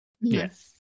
Yes